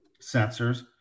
sensors